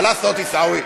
מה לעשות, עיסאווי?